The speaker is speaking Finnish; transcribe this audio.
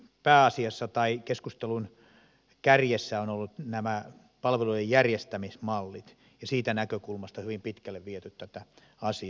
pääasiassa tai keskustelun kärjessä ovat olleet nämä palvelujen järjestämismallit ja on siitä näkökulmasta hyvin pitkälle viety tätä asiaa